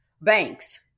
banks